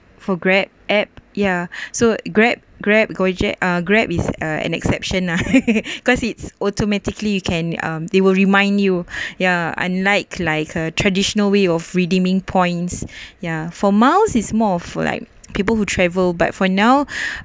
for grab app yeah so grab grab go-jek grab is uh an exception lah cause it's automatically you can um they will remind you ya unlike like a traditional way of redeeming points ya for mouse is more for like people who travel but for now